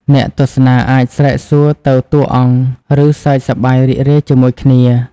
អ្នកទស្សនាអាចស្រែកសួរទៅតួអង្គ ឬសើចសប្បាយរីករាយជាមួយគ្នា